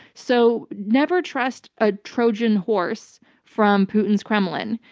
so never trust a trojan horse from putin's kremlin.